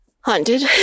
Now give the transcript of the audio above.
Haunted